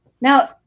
Now